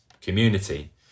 community